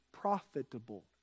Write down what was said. profitable